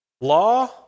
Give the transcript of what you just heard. Law